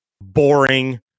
boring